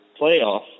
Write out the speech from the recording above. playoff